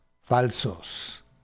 falsos